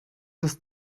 ist